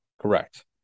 Correct